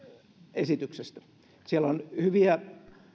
esityksestä siellä on hyviä